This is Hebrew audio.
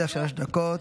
לרשותך שלוש דקות.